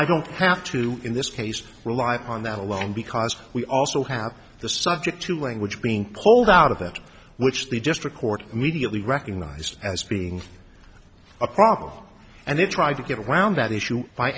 i don't have to in this case rely upon that alone because we also have the subject to language being pulled out of that which the district court immediately recognized as being a problem and they tried to get around that issue by